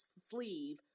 sleeve